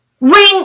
ring